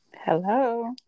hello